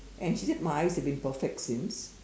and she said my eyes have been perfect since